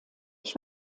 ich